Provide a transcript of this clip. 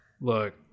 look